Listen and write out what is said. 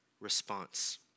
response